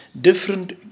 different